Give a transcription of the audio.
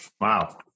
wow